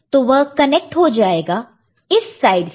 तो वह कनेक्ट हो जाएगा इस साइड से